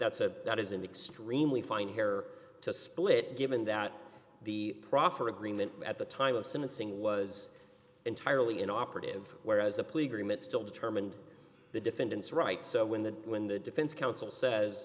that's a that is an extremely fine hair to split given that the proffer agreement at the time of sentencing was entirely in operative whereas the police remit still determined the defendant's right so when the when the defense counsel says